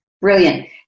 Brilliant